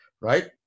right